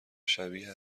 شبیه